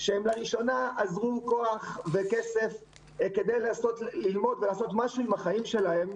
שלראשונה אזרו כוח וכסף כדי ללמוד ולעשות משהו עם החיים שלהם,